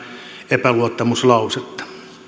epäluottamuslausetta